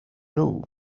nhw